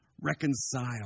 reconcile